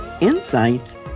insights